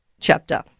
chapter